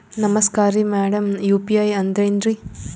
ನಮಸ್ಕಾರ್ರಿ madam UPI ಅಂದ್ರೆನ್ರಿ?